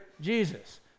Jesus